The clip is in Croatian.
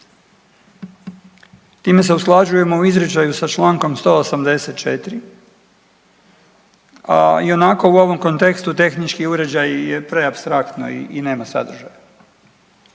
Time se usklađujemo u izričaju sa čl. 184, a ionako u ovom kontekstu, tehnički uređaji je preapstraktna i nema sadržaja.